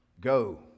Go